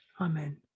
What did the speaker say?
Amen